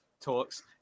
talks